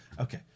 Okay